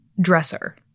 dresser